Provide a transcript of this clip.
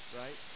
right